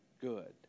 good